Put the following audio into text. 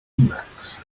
emacs